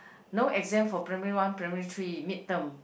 no exam for primary one primary three mid term